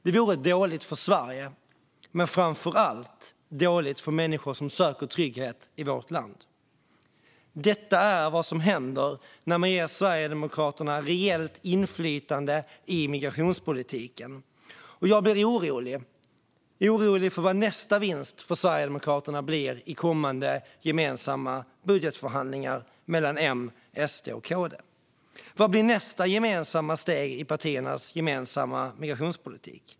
Det vore dåligt för Sverige, men framför allt för människor som söker trygghet i vårt land. Detta är vad som händer när man ger Sverigedemokraterna reellt inflytande över migrationspolitiken. Jag blir orolig för vad nästa vinst för Sverigedemokraterna blir i kommande gemensamma budgetförhandlingar mellan M, SD och KD. Vad blir nästa steg i partiernas gemensamma migrationspolitik?